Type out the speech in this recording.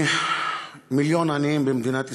סליחה ממיליון עניים במדינת ישראל,